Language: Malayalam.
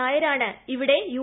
നായരാണ് ഇവിടെ യു